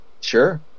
Sure